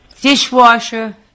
dishwasher